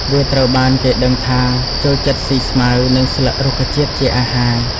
វាត្រូវបានគេដឹងថាចូលចិត្តស៊ីស្មៅ និងស្លឹករុក្ខជាតិជាអាហារ។